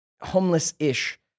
homeless-ish